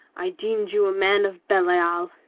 i deemed you a man of belial,